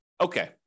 okay